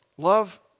Love